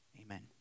Amen